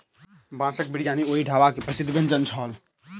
बांसक बिरयानी ओहि ढाबा के बहुत प्रसिद्ध व्यंजन छल